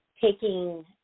taking